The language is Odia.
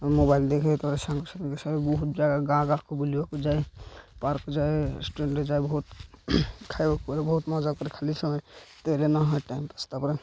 ମୋବାଇଲ ଦେଖେ ତ ସାଙ୍ଗେ ସାଙ୍ଗେ ସାଙ୍ଗେ ବହୁତ ଜାଗା ଗାଁ ଗାଁକୁ ବୁଲିବାକୁ ଯାଏ ପାର୍କକୁ ଯାଏ ରେଷ୍ଟୁରାଣ୍ଟରେ ଯାଏ ବହୁତ ଖାଇବାକୁ ପ ବହୁତ ମଜା କରେ ଖାଲି ସମୟ ଟାଇମ୍ ପାସ୍ ତା'ପରେ